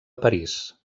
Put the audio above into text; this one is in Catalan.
parís